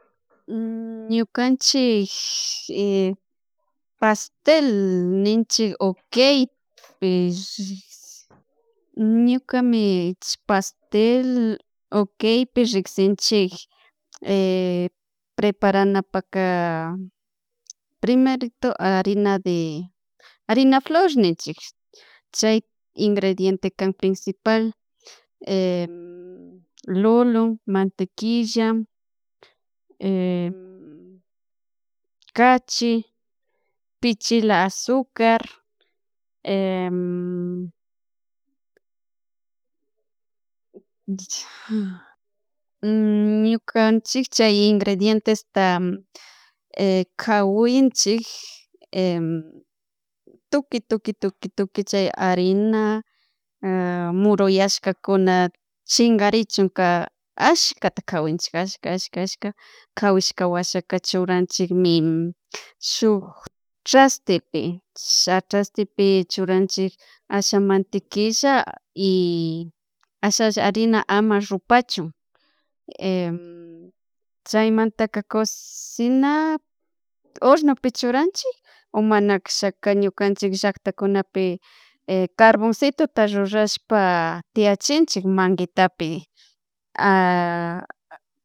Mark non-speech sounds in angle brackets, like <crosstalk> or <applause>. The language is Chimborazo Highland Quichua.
<hesitation> ñukanchik <hesitation> pastel ninchik o keypish ñukami pastel o keypi riksinchik <hesitation> preparana paka primerito harina de harina flor ninchik chay ingredintekan principal <hesitation> lulun, mantequilla, <hesitation> kachy, pichilla azucar, <hesitation> ñukanchikcha ingredientesta kawinchik <hesitation> tukuy tukuy tukuy tukuy tukuy chay harina <hesitation> muruyashkakuna chinkarichunka allkata kawinchik allka allka allka allka allka kawishka washaka churanchikmin shuk trastepi, trastepi asha manatequilla y asha harina ama rupachun <hesitation> chaymantaka cocina, hornopi churanchik o mana kashaka ñukanchik llaktakunapi <hesitation> carboncitota rurashpa tiachinchik mankitapi <hesitation>